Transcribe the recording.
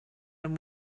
and